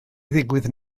ddigwydd